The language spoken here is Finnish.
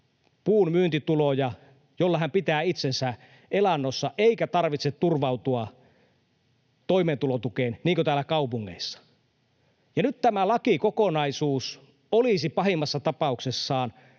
puun myyntituloja, joilla hän pitää itsensä elannossa, eikä hänen tarvitse turvautua toimeentulotukeen, niin kuin täällä kaupungeissa. Ja nyt tämä lakikokonaisuus olisi pahimmassa tapauksessaan